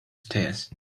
stairs